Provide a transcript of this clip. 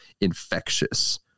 infectious